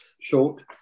Short